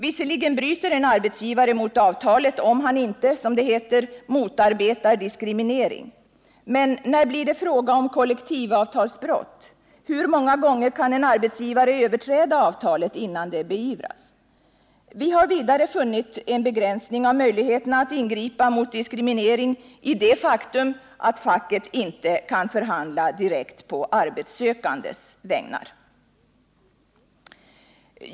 Visserligen bryter en arbetsgivare mot avtalet om han inte, som det heter, ”motarbetar diskriminering”. Men när blir det fråga om kollektivavtalsbrott? Hur många gånger kan en arbetsgivare överträda avtalet innan det beivras? Vi har vidare funnit en begränsning av möjligheterna att ingripa mot diskriminering i det faktum att facket inte kan förhandla direkt på arbetssökandes vägnar.